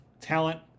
talent